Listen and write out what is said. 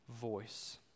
voice